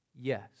yes